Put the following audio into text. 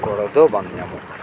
ᱜᱚᱦᱚᱲ ᱫᱚ ᱵᱟᱝ ᱧᱟᱢᱚᱜ ᱠᱟᱱᱟ